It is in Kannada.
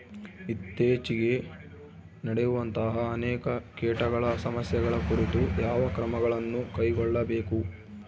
ಇತ್ತೇಚಿಗೆ ನಡೆಯುವಂತಹ ಅನೇಕ ಕೇಟಗಳ ಸಮಸ್ಯೆಗಳ ಕುರಿತು ಯಾವ ಕ್ರಮಗಳನ್ನು ಕೈಗೊಳ್ಳಬೇಕು?